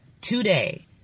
today